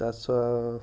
ଚାଷ